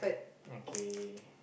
okay